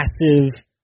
massive